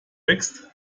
wächst